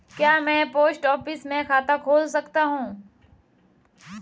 क्या मैं post office में खाता खोल सकता हूँ?